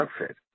outfit